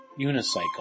Unicycle